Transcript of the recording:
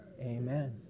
Amen